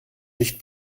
nicht